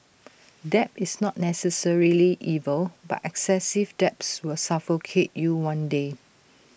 debt is not necessarily evil but excessive debts will suffocate you one day